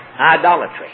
idolatry